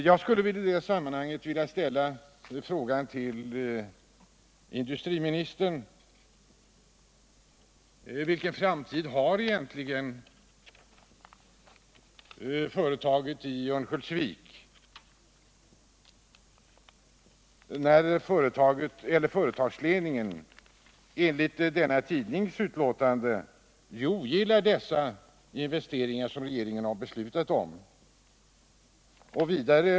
Jag skulle vilja fråga industriministern: Vilken framtid har egentligen företaget i Örnsköldsvik, när företagsledningen enligt tidningen ogillar de investeringar som regeringen har beslutat om?